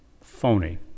phony